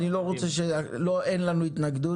אני לא רוצה לשמוע שאין לכם התנגדות,